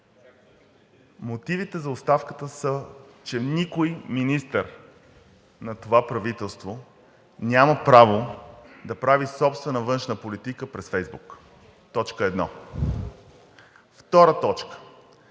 Мотивите за оставката са, че никой министър на това правителство няма право да прави собствена външна политика през Фейсбук, точка 1. Втора точка,